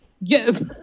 Yes